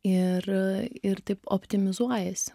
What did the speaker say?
ir ir taip optimizuojasi